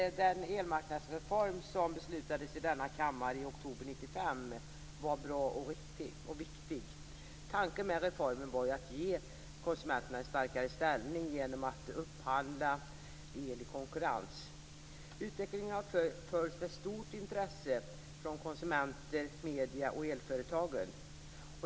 Fru talman! Den elmarknadsreform som denna kammare beslutade om i oktober 1995 var bra och viktig. Tanken med reformen var att ge konsumenterna en starkare ställning genom att upphandla el i konkurrens. Utvecklingen har följts med stort intresse från konsumenter, medier och elföretag.